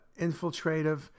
infiltrative